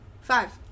five